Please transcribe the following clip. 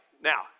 now